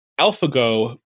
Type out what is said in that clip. AlphaGo